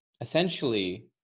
essentially